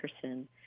person